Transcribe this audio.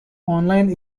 online